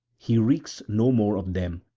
he reeks no more of them,